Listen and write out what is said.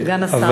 סגן השר.